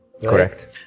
Correct